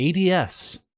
ADS